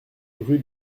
rue